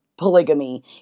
polygamy